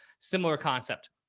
similar concept.